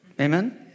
Amen